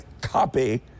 copy